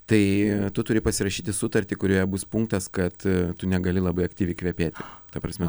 tai tu turi pasirašyti sutartį kurioje bus punktas kad tu negali labai aktyviai kvepė ta prasme